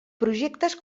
projectes